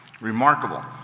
Remarkable